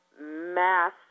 mass